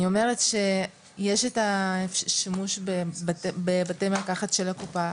אני אומרת שיש את השימוש בבתי מרקחת של הקופה,